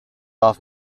off